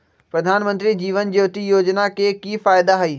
प्रधानमंत्री जीवन ज्योति योजना के की फायदा हई?